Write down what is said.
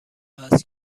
هست